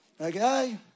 okay